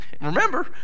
Remember